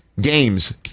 games